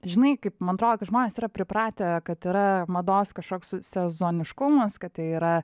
žinai kaip man atro kad žmonės yra pripratę kad yra mados kažkoks sezoniškumas kad tai yra